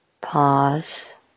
pause